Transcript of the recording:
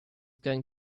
going